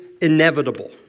inevitable